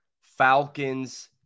Falcons